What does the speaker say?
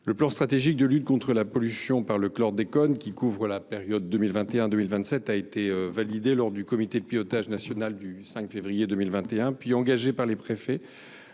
Le plan stratégique de lutte contre la pollution par le chlordécone pour la période 2021 2027 a été validé lors du comité de pilotage du 5 février 2021, puis a été engagé par les préfets